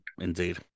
indeed